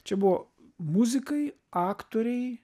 čia buvo muzikai aktoriai